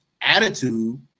attitude